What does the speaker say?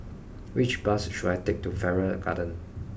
which bus should I take to Farrer Garden